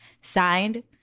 Signed